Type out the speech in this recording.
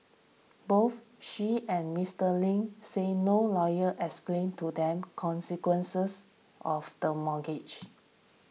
both she and Mister Ling said no lawyer explained to them consequences of the mortgage